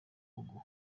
gihugu